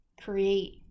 create